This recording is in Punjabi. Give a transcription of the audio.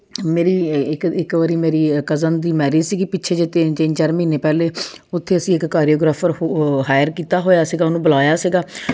ਮੇਰੀ ਇੱਕ ਇੱਕ ਵਾਰੀ ਮੇਰੀ ਕਜ਼ਨ ਦੀ ਮੈਰਿਜ ਸੀਗੀ ਪਿੱਛੇ ਜਿਹੇ ਤਿੰਨ ਚਾਰ ਮਹੀਨੇ ਪਹਿਲੇ ਉੱਥੇ ਅਸੀਂ ਇੱਕ ਕੋਰਿਓਗ੍ਰਾਫਰ ਹ ਹਾਇਰ ਕੀਤਾ ਹੋਇਆ ਸੀਗਾ ਉਹਨੂੰ ਬੁਲਾਇਆ ਸੀਗਾ